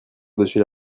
dessus